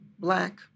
black